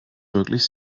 wirklich